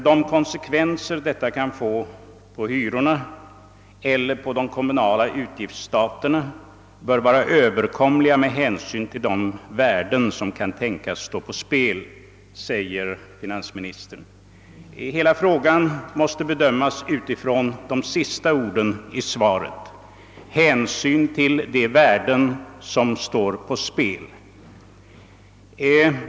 »De konsekvenser detta kan få för hyrorna eller på de kommunala utgiftsstaterna bör vara överkomliga med hän syn till de värden som kan tänkas stå på spel», säger finansministern. Hela frågan måste bedömas utifrån de sista orden i svaret: »hänsyn till de värden, som kan tänkas stå på spel».